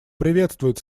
приветствует